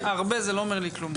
"הרבה" לא אומר לי כלום.